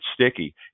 sticky